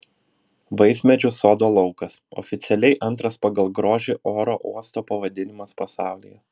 vaismedžių sodo laukas oficialiai antras pagal grožį oro uosto pavadinimas pasaulyje